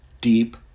deep